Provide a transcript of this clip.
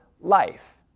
life